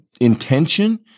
intention